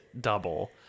double